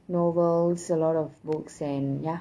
novels a lot of books and ya